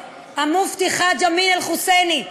המופתי חאג' אמין אל-חוסייני,